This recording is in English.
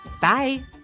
Bye